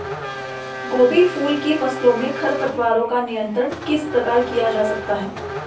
गोभी फूल की फसलों में खरपतवारों का नियंत्रण किस प्रकार किया जा सकता है?